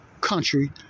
country